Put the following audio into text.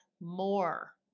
more